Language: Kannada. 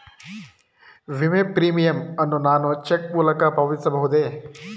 ವಿಮೆ ಪ್ರೀಮಿಯಂ ಅನ್ನು ನಾನು ಚೆಕ್ ಮೂಲಕ ಪಾವತಿಸಬಹುದೇ?